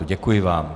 Děkuji vám.